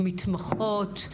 מתמחות.